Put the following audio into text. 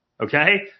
Okay